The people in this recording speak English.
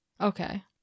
Okay